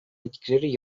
etkileri